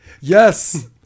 Yes